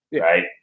right